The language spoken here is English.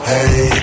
Hey